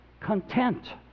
content